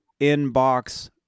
inbox